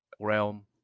realm